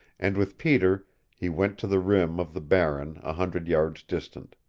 and with peter he went to the rim of the barren a hundred yards distant.